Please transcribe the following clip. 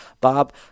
Bob